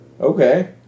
Okay